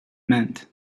meant